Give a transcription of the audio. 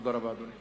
תודה רבה, אדוני.